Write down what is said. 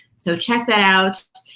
so, check that out. oh,